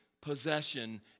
possession